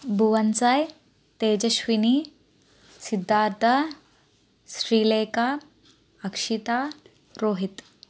Bhuvan Sai Tejaswini Siddhartha Srilekha Akshita Rohit